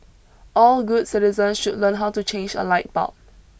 all good citizen should learn how to change a light bulb